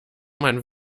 man